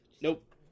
Nope